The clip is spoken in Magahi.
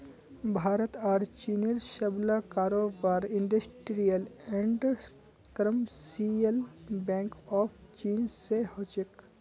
भारत आर चीनेर सबला कारोबार industrial and commercial bank of Chin स हो छेक